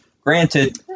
Granted